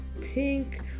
pink